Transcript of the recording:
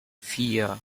vier